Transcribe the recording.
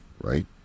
right